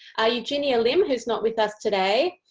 eugenia lim, who is not with us today,